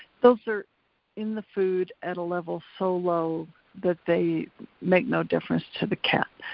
those are in the food at a level so low that they make no difference to the cat.